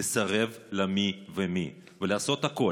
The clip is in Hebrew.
לסרב למי ומי ולעשות הכול,